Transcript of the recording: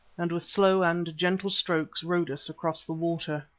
and with slow and gentle strokes rowed us across the water.